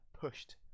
pushed